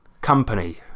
Company